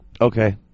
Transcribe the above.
Okay